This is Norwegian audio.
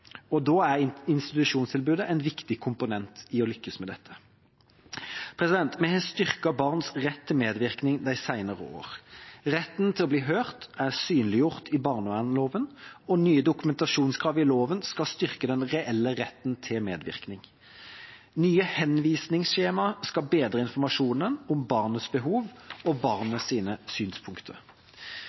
og trygge oppvekstvilkår. Da er institusjonstilbudet en viktig komponent for å lykkes med dette. Vi har styrket barns rett til medvirkning de senere år. Retten til å bli hørt er synliggjort i barnevernsloven, og nye dokumentasjonskrav i loven skal styrke den reelle retten til medvirkning. Nye henvisningsskjemaer skal bedre informasjonen om barnets behov og barnets synspunkter.